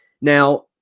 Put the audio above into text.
Now